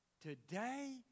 today